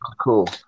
cool